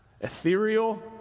ethereal